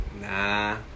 Nah